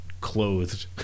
clothed